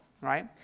right